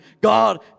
God